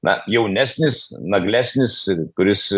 na jaunesnis naglesnis kuris